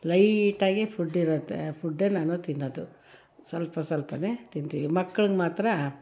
ಲೈಟಾಗೆ food ಇರುತ್ತೆ ಫುಡ್ಡೆ ನಾನು ತಿನ್ನೋದು ಸ್ವಲ್ಪ ಸ್ವಲ್ಪನೆ ತಿಂತೀನಿ ಮಕ್ಳಿಗೆ ಮಾತ್ರ